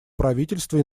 правительства